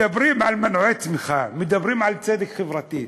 מדברים על מנועי צמיחה, מדברים על צדק חברתי.